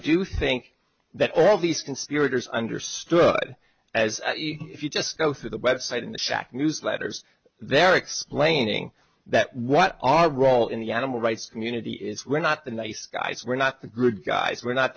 do think that all these conspirators understood as if you just go through the website in the shack newsletters they're explaining that what our role in the animal rights community is we're not the nice guys we're not the good guys we're not